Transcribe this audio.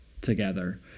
together